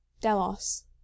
Delos